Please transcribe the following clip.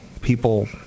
people